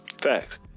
Facts